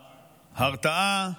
ההרתעה,